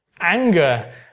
anger